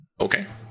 Okay